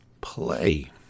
play